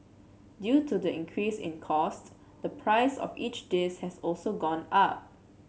due to the increase in cost the price of each dish has also gone up